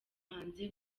hanze